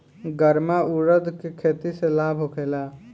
गर्मा उरद के खेती से लाभ होखे ला?